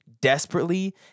desperately